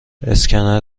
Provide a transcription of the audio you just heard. اسکنر